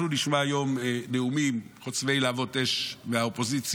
אנחנו נשמע היום נאומים חוצבי להבות אש מהאופוזיציה.